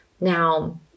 Now